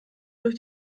durch